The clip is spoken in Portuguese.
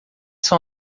são